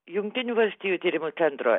jungtinių valstijų tyrimų centro